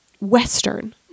western